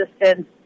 assistance